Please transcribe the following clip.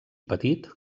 petit